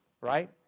Right